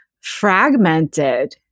fragmented